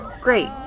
Great